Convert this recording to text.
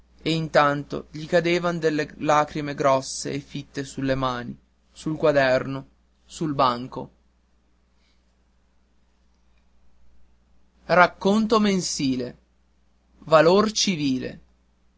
e intanto gli cadevan delle lacrime grosse e fitte sulle mani sul quaderno sul banco valor civile